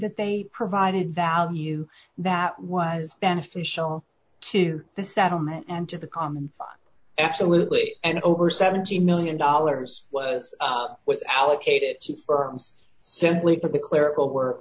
that they provided value that was beneficial to the settlement and to the common one absolutely and over seventy million dollars was was allocated to firms simply for the clerical w